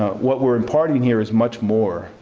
what we're imparting here is much more.